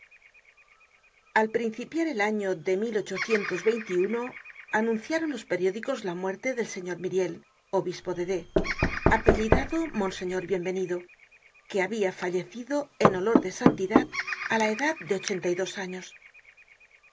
al principiar el año de anunciaron los periódicos la muerte del señor myriel obispo de d apellidado monseñor bienvenido que habia fallecido en olor de santidad á la edad de ochenta y dos años